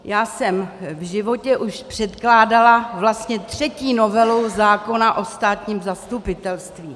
Já jsem už v životě předkládala vlastně třetí novelu zákona o státním zastupitelství.